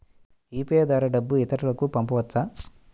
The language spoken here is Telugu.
యూ.పీ.ఐ ద్వారా డబ్బు ఇతరులకు పంపవచ్చ?